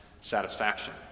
satisfaction